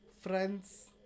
friends